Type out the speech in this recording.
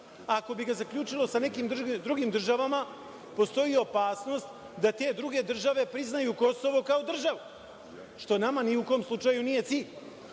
Ako bi ga zaključilo sa nekim drugim državama, postoji opasnost da te druge države priznaju Kosovo, kao državu, što nama, ni u kom slučaju nije cilj. Prema